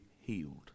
healed